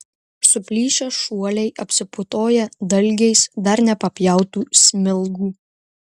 suplyšę šuoliai apsiputoja dalgiais dar nepapjautų smilgų